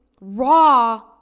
raw